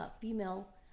female